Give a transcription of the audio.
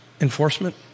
enforcement